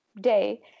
day